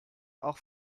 auch